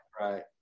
Right